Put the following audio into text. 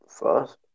first